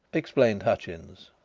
explained hutchins.